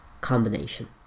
combination